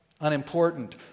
unimportant